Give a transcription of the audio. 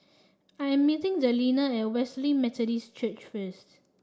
I am meeting Delina at Wesley Methodist Church first